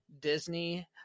disney